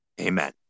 Amen